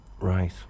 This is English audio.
Right